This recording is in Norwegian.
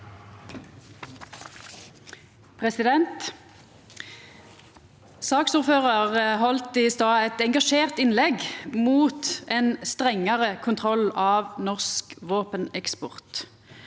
Saksordføraren heldt i stad eit engasjert innlegg mot ein strengare kontroll av norsk våpeneksport.